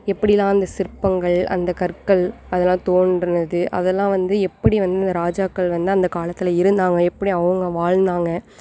எப்படிலாம் அந்த சிற்பங்கள் அந்த கற்கள் அதெலாம் தோன்றுனது அதெலாம் வந்து எப்படி வந்து இந்த ராஜாக்கள் வந்து அந்த காலத்தில் இருந்தாங்க எப்படி அவங்க வாழ்ந்தாங்க